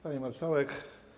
Pani Marszałek!